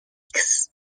styx